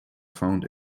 found